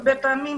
הרבה פעמים,